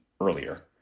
earlier